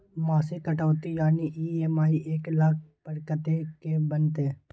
मासिक कटौती यानी ई.एम.आई एक लाख पर कत्ते के बनते?